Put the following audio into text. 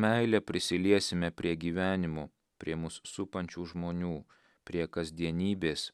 meile prisiliesime prie gyvenimo prie mus supančių žmonių prie kasdienybės